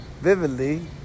vividly